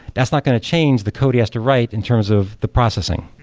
that's not going to change the code he has to write in terms of the processing,